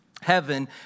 heaven